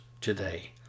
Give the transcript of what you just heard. today